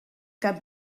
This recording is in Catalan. cap